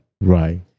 Right